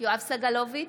יואב סגלוביץ'